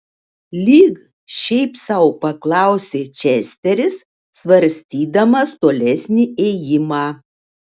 lyg šiaip sau paklausė česteris svarstydamas tolesnį ėjimą